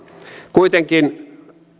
kuitenkin